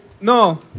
No